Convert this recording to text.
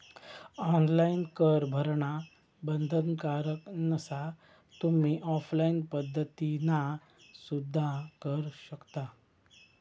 online कर भरणा बंधनकारक नसा, तुम्ही ऑफलाइन पद्धतीना सुद्धा करू शकता